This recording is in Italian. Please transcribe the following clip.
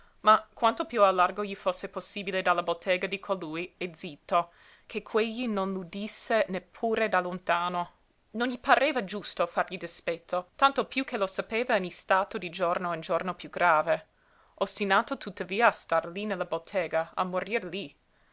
ma quanto piú al largo gli fosse possibile dalla bottega di colui e zitto ché quegli non l'udisse neppure da lontano non gli pareva giusto fargli dispetto tanto piú che lo sapeva in istato di giorno in giorno piú grave ostinato tuttavia a star lí nella bottega a morir lí